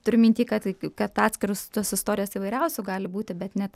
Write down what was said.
turiu minty kad kad atskirus tos istorijos įvairiausių gali būti bet net